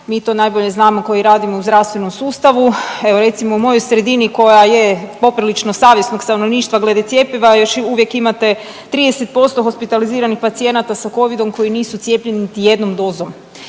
mi to najbolje znamo koji radimo u zdravstvenom sustavu. Evo recimo u mojoj sredini koja je poprilično savjesnog stanovništva glede cjepiva još uvijek imate 30% hospitaliziranih pacijenata sa Covidom koji nisu cijepljeni niti jednom dozom.